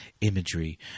imagery